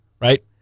right